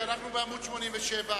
אנחנו בעמוד 87,